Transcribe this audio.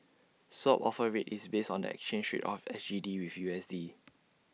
swap offer rate is based on the exchange rate of S G D with U S D